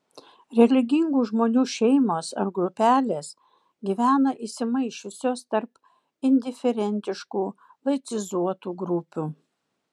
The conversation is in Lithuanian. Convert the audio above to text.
religingų žmonių šeimos ar grupelės gyvena įsimaišiusios tarp indiferentiškų laicizuotų grupių